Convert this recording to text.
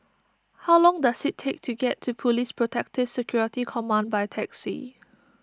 how long does it take to get to Police Protective Security Command by taxi